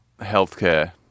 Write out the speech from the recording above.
healthcare